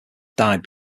died